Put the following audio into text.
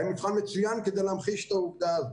מבחן מצוין כדי להמחיש את העובדה הזאת.